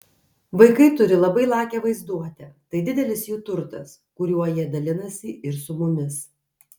vaikai turi labai lakią vaizduotę tai didelis jų turtas kuriuo jie dalinasi ir su mumis